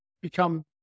become